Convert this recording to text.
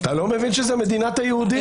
אתה לא מבין שזאת מדינת היהודים?